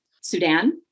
Sudan